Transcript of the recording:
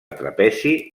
trapezi